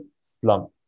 slump